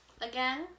again